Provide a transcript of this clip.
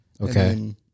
Okay